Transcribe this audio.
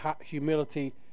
humility